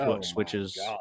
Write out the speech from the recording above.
switches